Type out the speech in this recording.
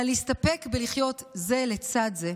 אלא להסתפק בלחיות זה לצד זה,